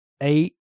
eight